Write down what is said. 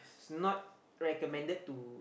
it's not recommended to